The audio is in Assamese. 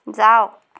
যাওক